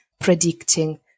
predicting